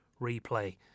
replay